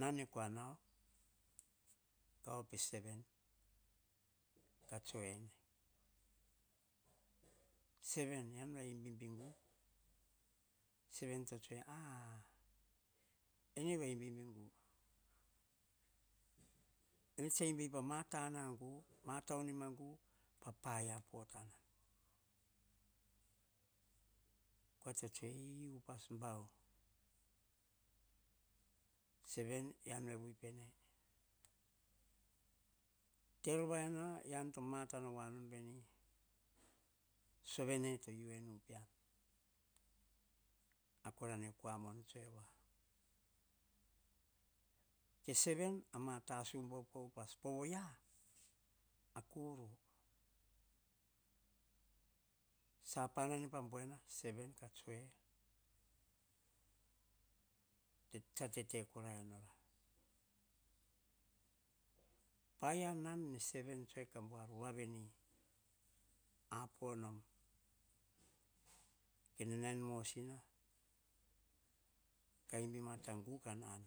Nan ne kua nau, ka op e seven, ka tsue ene seven eyian va imbib gu? Seven to tsue, aha, ene va imbibe gu. Ene tsa imbei pa tana gu, ma taunima gu pa paia potana. Kua tsa tsue, ii upas bau. Seven eyian ve wi pene. Terovaina eyian to mata waim veni, sove ne to yiu nu pean. Ar ne kua tsue wa. Ke seven a ma tasu bau upas. Po oyia va kuru. Sapana na pa bueno, e seven to tsue tsa tete korai nora. Paia nan ne seven tsue ka buar wa veni, apo nom kene mi en mosina, ka imbi ma ta gu ka an.